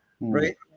right